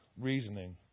reasoning